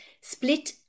split